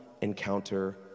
encounter